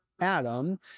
Adam